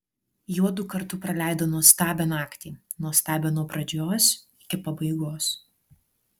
juodu kartu praleido nuostabią naktį nuostabią nuo pradžios iki pabaigos